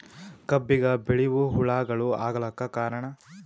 ಕಬ್ಬಿಗ ಬಿಳಿವು ಹುಳಾಗಳು ಆಗಲಕ್ಕ ಕಾರಣ?